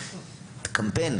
תבינו שצריך קמפיין,